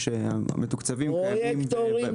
מתוקצבים וקיימים.